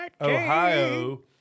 Ohio